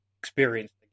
experienced